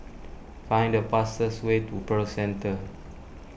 find the fastest way to Pearl Centre